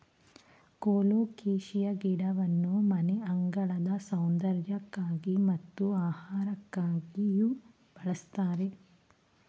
colocasia ಗಿಡವನ್ನು ಮನೆಯಂಗಳದ ಸೌಂದರ್ಯಕ್ಕಾಗಿ ಮತ್ತು ಆಹಾರಕ್ಕಾಗಿಯೂ ಬಳ್ಸತ್ತರೆ